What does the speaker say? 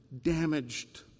damaged